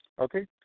Okay